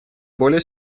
более